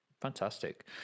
Fantastic